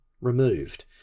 removed